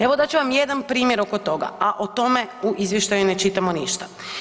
Evo dat ću vam jedan primjer oko toga, a o tome u izvještaju ne čitamo ništa.